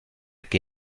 que